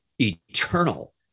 eternal